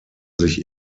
sich